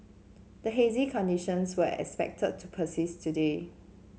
the hazy conditions were expected to persist today